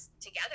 together